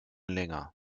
länger